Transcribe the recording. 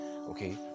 okay